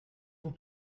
vous